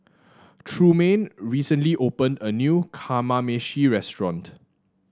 Trumaine recently opened a new Kamameshi Restaurant